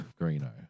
greeno